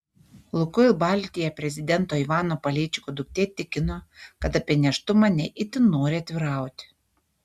lukoil baltija prezidento ivano paleičiko duktė tikino kad apie nėštumą ne itin nori atvirauti